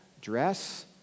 dress